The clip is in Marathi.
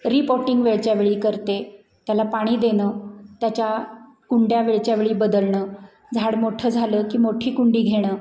रिपॉटिंग वेळच्या वेळी करते त्याला पाणी देणं त्याच्या कुंड्या वेळच्या वेळी बदलणं झाड मोठं झालं की मोठी कुंडी घेणं